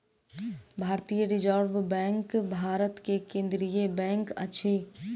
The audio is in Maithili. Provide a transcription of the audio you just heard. भारतीय रिज़र्व बैंक भारत के केंद्रीय बैंक अछि